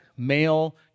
Male